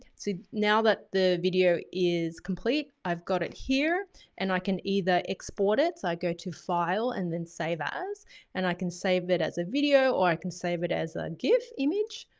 so now that the video is complete, i've got it here and i can either export it, so i go to file and then save as and i can save it as a video or i can save it as a gif image.